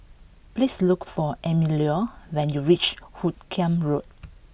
please look for Emilio when you reach Hoot Kiam Road